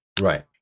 Right